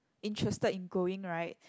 interested in going right